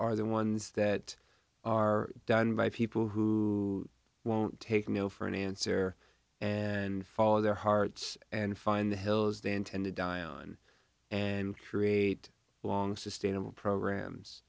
are the ones that are done by people who won't take no for an answer and follow their hearts and find the hills they intend to die on and create long sustainable programs